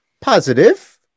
Positive